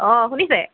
অ' শুনিছে